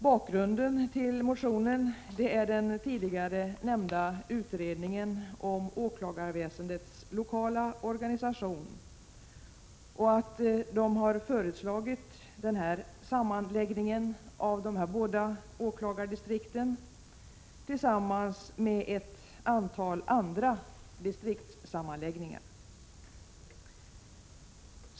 Bakgrunden till motionen är att den tidigare nämnda utredningen om åklagarväsendets lokala organisation har föreslagit denna sammanläggning av dessa båda åklagardistrikt, tillsammans med ett antal andra distriktssammanslagningar.